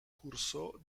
cursó